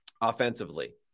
offensively